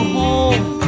home